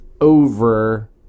over